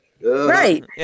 Right